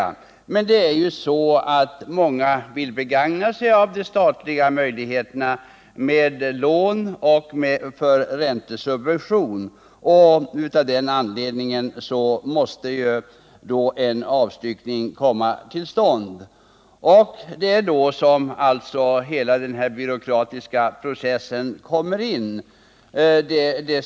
Nu förhåller det sig så att många vill begagna sig av de statliga lånen och räntesubventionerna. Av den anledningen måste en avstyckning få komma till stånd och det är här som hela den byråkratiska processen kommer in.